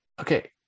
Okay